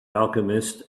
alchemist